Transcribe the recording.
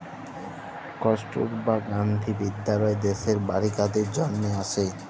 কস্তুরবা গান্ধী বিদ্যালয় দ্যাশের বালিকাদের জনহে আসে